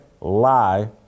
lie